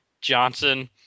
Johnson